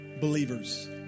believers